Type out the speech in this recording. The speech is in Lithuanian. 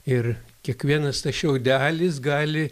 ir kiekvienas tas šiaudelis gali